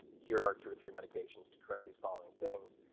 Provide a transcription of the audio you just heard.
here are two or three medications to correct these following things,